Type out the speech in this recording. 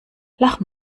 lach